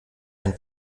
ein